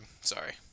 Sorry